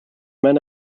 men